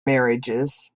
marriages